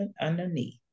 underneath